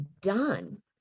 done